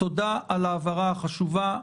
תודה על ההבהרה החשובה,